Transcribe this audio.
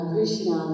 Krishna